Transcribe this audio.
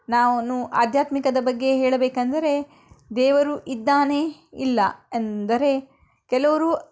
ನಾನು ಆಧ್ಯಾತ್ಮಿಕದ ಬಗ್ಗೆ ಹೇಳಬೇಕಂದರೆ ದೇವರು ಇದ್ದಾನೆ ಇಲ್ಲ ಅಂದರೆ ಕೆಲವರು